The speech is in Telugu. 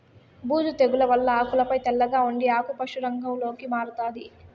బూజు తెగుల వల్ల ఆకులపై తెల్లగా ఉండి ఆకు పశు రంగులోకి మారుతాది